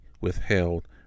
withheld